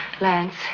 Lance